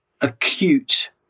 acute